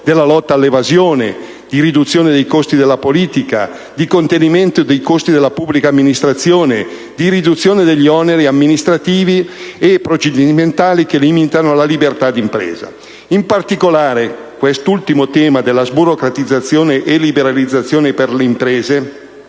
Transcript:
della lotta all'evasione, di riduzione dei costi della politica, di contenimento dei costi della pubblica amministrazione e di riduzione degli oneri amministrativi e procedimentali che limitano la libertà di impresa. In particolare, questo ultimo tema della sburocratizzazione e liberalizzazione per le imprese